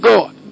God